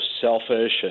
selfish